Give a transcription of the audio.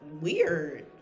weird